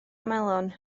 melon